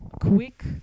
quick